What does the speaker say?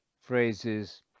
phrases